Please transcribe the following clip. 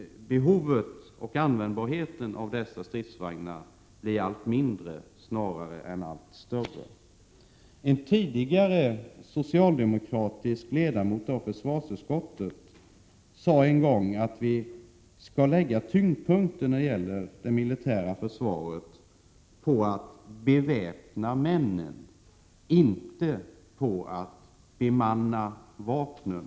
Behovet av och användbarheten för dessa stridsvagnar förefaller att bli allt mindre snarare än allt större. En tidigare socialdemokratisk ledamot av försvarsutskottet sade en gång att vi skall lägga tyngdpunkten inom det militära försvaret på att beväpna männen, inte på att bemanna vapnen.